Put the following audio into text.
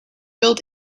build